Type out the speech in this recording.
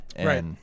Right